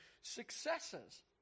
successes